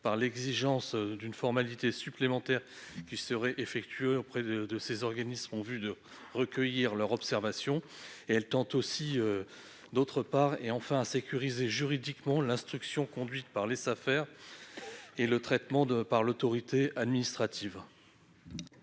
par l'exigence d'une formalité supplémentaire à accomplir auprès de ces organisations en vue de recueillir leurs observations. D'autre part, il tend à sécuriser juridiquement l'instruction conduite par les Safer et le traitement par l'autorité administrative